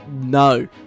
no